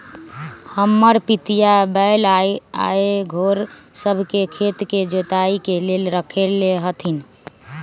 हमर पितिया बैल आऽ घोड़ सभ के खेत के जोताइ के लेल रखले हथिन्ह